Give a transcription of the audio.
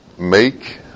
make